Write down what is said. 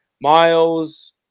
miles